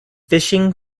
fishing